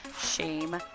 shame